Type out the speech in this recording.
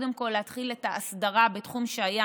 קודם כול כדי להתחיל את האסדרה בתחום שהיה